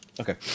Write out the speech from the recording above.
Okay